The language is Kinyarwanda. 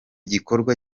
gikorwa